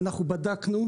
אנחנו בדקנו.